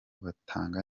batanga